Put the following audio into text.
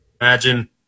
imagine